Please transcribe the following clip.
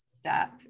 step